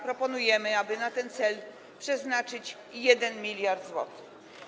Proponujemy, aby na ten cel przeznaczyć 1 mld zł.